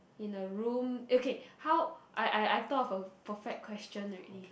in a room okay how I I though of a perfect question already